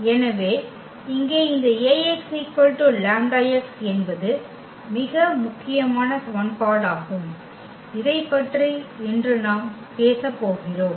எனவே இங்கே இந்த Ax λx என்பது மிக முக்கியமான சமன்பாடாகும் இதைப்பற்றி இன்று நாம் பேசப்போகிறோம்